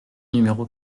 numéro